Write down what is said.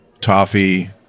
Toffee